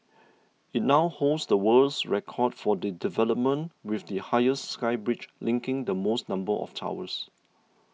it now holds the world's record for the development with the highest sky bridge linking the most number of towers